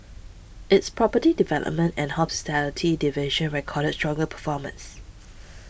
its property development and hospitality divisions recorded stronger performances